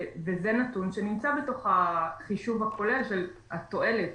וזה נתון שנמצא בתוך החישוב הכולל של התועלת,